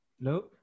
Hello